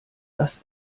das